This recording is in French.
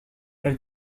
elle